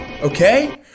okay